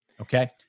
Okay